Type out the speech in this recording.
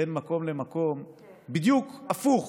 בין מקום למקום, בדיוק הפוך